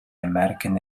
american